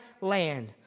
land